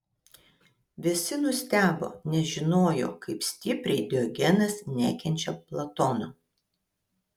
visi nustebo nes žinojo kaip stipriai diogenas nekenčia platono